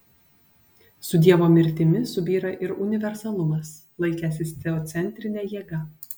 su dievo mirtimi subyra ir universalumas laikęsis teocentrine jėga